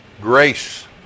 Grace